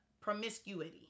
Promiscuity